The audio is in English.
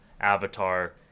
Avatar